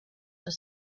have